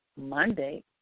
Monday